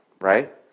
Right